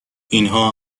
اینها